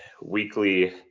weekly